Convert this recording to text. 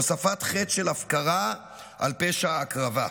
הוספת חטא של הפקרה על פשע ההקרבה.